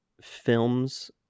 films